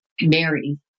Mary